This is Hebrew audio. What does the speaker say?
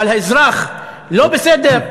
אבל האזרח לא בסדר?